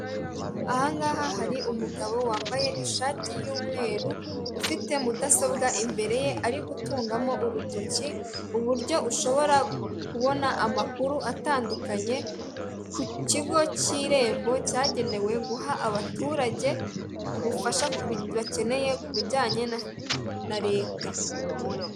Ahangaha hari umugabo wambaye ishati y'umweru ufite mudasobwa imbere ye ari gutungamo urutoki, uburyo ushobora kubona amakuru atandukanye ku kigo cy'irembo cyagenewe guha abaturage ubufasha bakeneye ku bijyanye na leta.